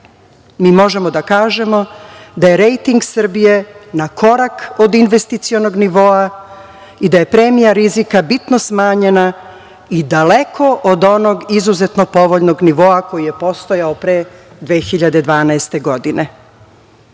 mi možemo da kažemo da je rejting Srbije na korak od investicionog nivoa i da je premija rizika bitno smanjena i daleko od onog izuzetno povoljnog nivoa koji je postojao pre 2012. godine. Ne